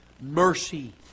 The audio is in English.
mercy